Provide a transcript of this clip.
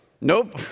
nope